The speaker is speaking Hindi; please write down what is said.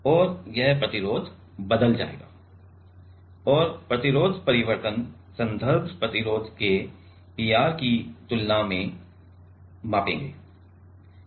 और यह प्रतिरोध बदल जाएगा और प्रतिरोध परिवर्तन संदर्भ प्रतिरोध के P r की तुलना में मापेगे